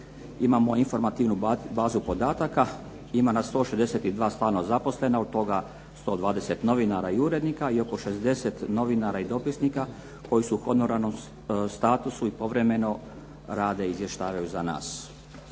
imamo informativnu bazu podataka, ima nas 162 stalno zaposlena od toga 120 novinara i urednika i oko 60 novinara i dopisnika koji su u honorarnom statusu i povremeno rade i izvještavaju za nas.